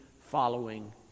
following